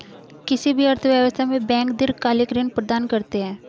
किसी भी अर्थव्यवस्था में बैंक दीर्घकालिक ऋण प्रदान करते हैं